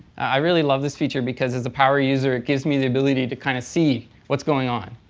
i really love this feature because as a power user it gives me the ability to kind of see what's going on.